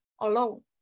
alone